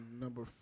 number